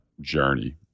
journey